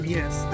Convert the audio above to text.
Yes